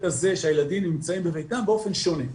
הזה שהילדים נמצאים בביתם באופן שונה.